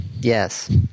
Yes